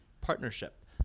partnership